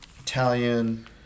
Italian